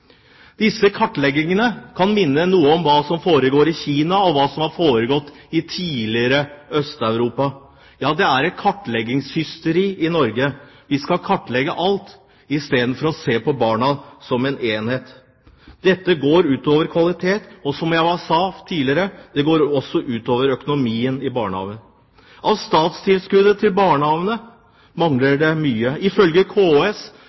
Disse kartleggingene kan minne noe om hva som foregår i Kina, og om hva som har foregått i det tidligere Øst-Europa. Ja, det er et kartleggingshysteri i Norge. Vi skal kartlegge alt i stedet for å se på barna som en enhet. Dette går ut over kvaliteten, og, som jeg sa tidligere, det går også ut over økonomien i barnehagene. Av statstilskuddet til barnehagene mangler det mye. Ifølge KS